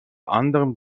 anderem